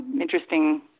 interesting